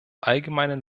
allgemeinen